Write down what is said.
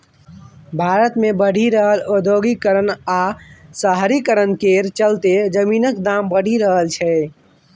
भारत मे बढ़ि रहल औद्योगीकरण आ शहरीकरण केर चलते जमीनक दाम बढ़ि रहल छै